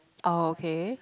oh okay